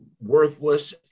worthless